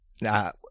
Now